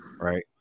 right